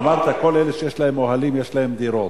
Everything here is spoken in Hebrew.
אמרת: כל אלה שיש להם אוהלים, יש להם דירות,